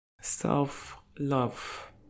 self-love